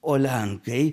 o lenkai